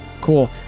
Cool